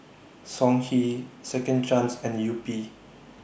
Songhe Second Chance and Yupi